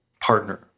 partner